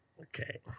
Okay